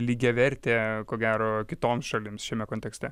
lygiavertė ko gero kitoms šalims šiame kontekste